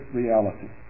reality